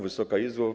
Wysoka Izbo!